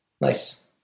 Nice